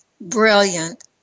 brilliant